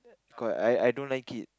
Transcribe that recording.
cause I I don't like it